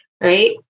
right